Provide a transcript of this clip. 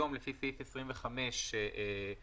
לפי סעיף 25 היום,